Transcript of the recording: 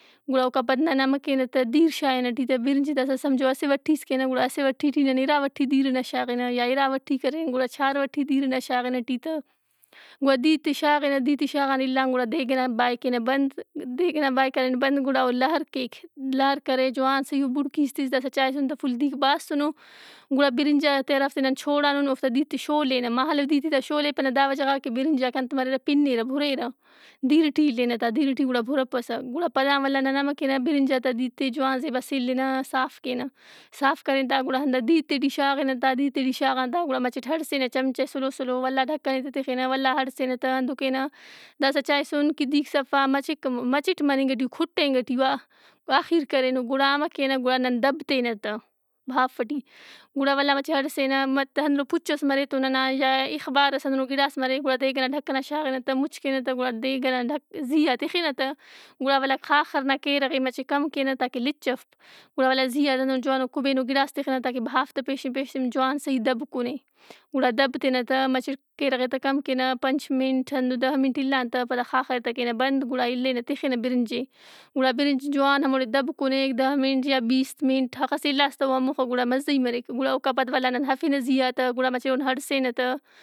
گُڑا اوکا پد نن امہ کینہ تہ دِیر شائنہ ای ٹی تہ۔ برِنج ئے داسا سمجھو اسہ وٹِیس کینہ گُڑا اسہ وٹی ٹی نن اِرا وٹی دِیر ئنا شاغِنہ یا اِرا وٹی کرین گُڑا چار وٹی دِیر ئنا شاغِنہ ای ٹی تہ۔ گُڑا دِیرت ئے شاغِنہ، دِیرت ئے شاغان اِلّان گُڑا دیگ ئنا بائے کینہ بند۔ دیگ ئنا بائے کرین بند گُڑااو لہر کیک۔ لہرکرے جوان صحیئو بُڑکِیس تِس داسا چائسُن تہ فُل دیرک باسُن او، گُڑا بِرنجاتے ہرافتے نن چوڑانُن اوفتا دِیرت ئے شولینہ۔ مہالو دیرت ئے تا شولِپنہ داوجہ غان کہ بِرنجاک انت مریرہ پِنِّیرہ بُریرہ۔ دِیر ئٹی اِلینہ تا، دیر ئٹی گُڑا بُرپسہ۔ گُڑا پدا ولا نن امہ کینہ بِرنجات آ دِیرت ئے جوان زیبا سِلّینہ صاف کینہ۔ صاف کرین تا گُڑا ہندا دِیرت ئے ٹی شاغِنہ تا۔ دِیرت ئے ٹی شاغان تا گُڑا مچِٹ ہڑسِنہ چمچہ ئے سُلو سُلو۔ ولّا ڈھکن ئے تہ تِخِنہ۔ ولّا ہڑسِنہ تا، ہندن کینہ۔ داسا چائسُن کہ دِیرک صفامچہ- مچِٹ مننگٹی او، کُھٹینگٹی او، آ-آخیر کرینو، گُڑا امہ کینہ، گُڑا نن دَبّ تینہ تا بھاف ئٹی۔ گُڑا ولامچہ ہڑسینہ مت- ہنُّنو پُچ ئس مرے تو ننا یا اخبارئس ہنُّنو گِڑاس مرےگُڑا دیگ ئنا ڈھکن آ شاغِنہ تہ مُچ کینہ تہ۔ گُڑا دیگ ئنا ڈھک- زیّا تِخِنہ تہ۔ گُڑا ولّا خاخر نا کیرغ ئے مچہ کم کینہ تاکہ لِچّفپ گُڑا ولّا زیّا تہ ہندن جوانوکُبینو گِڑاس تِخِنہ تاکہ بھاف تہ پیشن پیش تمپ جوان صحیح دب کُنے۔ گُڑا دب تینہ تہ، مچہ کیرغ ئے تہ کم کینہ پنچ منٹ ہندن دہ منٹ اؐلّان تہ پدا خاخر ئے تہ کینہ بند گُڑا اِلینہ تِخِنہ بِرنج ئے۔ گُڑا برنج جوان ہموڑے دب کُنیک دہ منٹ یا بیست منٹ۔ اخس اِلّاس تہ او ہموخہ گُڑا مزّہی مریک۔ گُڑا اوکا پد ولّا نن ارفِنہ زیّا تہ گُڑا مچہ اوہن ہڑسینہ تہ۔